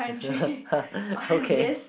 okay